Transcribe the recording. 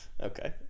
okay